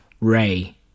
Ray